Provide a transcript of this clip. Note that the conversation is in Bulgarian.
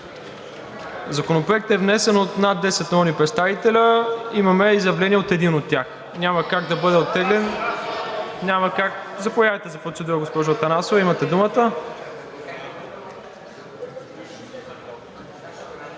за решение е внесен от над 10 народни представители, имаме изявление от един от тях. Няма как да бъде оттеглен, няма как... Заповядайте за процедура, госпожо Атанасова. Имате думата.